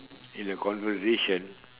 in a conversation